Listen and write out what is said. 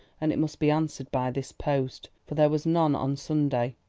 and it must be answered by this post, for there was none on sunday.